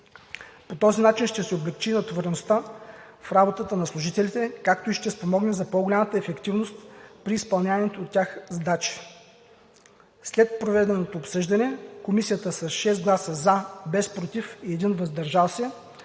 По този начин ще се облекчи и натовареността в работата на служителите, както и ще спомогне за по-голямата ефективност при изпълняваните от тях задачи. След проведеното обсъждане Комисията с 6 гласа „за”, без „против” и 1 „въздържал се”